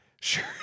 sure